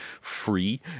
free